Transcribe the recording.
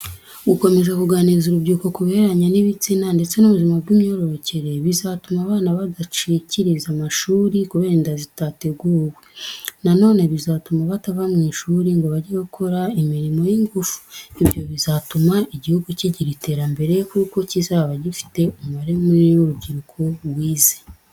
Gukomeza kuganiriza urubyiruko ku bihereranye n'ibitsina ndetse n'ubuzima bw'imyororokere, bizatuma abana badacikiriza amashuri kubera inda zitateguwe. Nanone bizatuma batava mu ishuri ngo bajye gukora imirimo y'ingufu. Ibyo bizatuma igihugu cy'igira iterambere kuko kizaba gifite umubare munini w'urubyiruko wize.